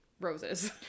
Rose's